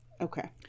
Okay